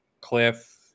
Cliff